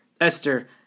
Esther